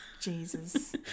Jesus